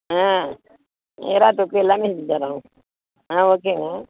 ஆ எறால் தொக்கு எல்லாம் செஞ்சுத் தர்றோம் ஆ ஓகேங்க